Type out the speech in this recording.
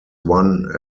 one